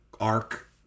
arc